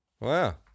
Wow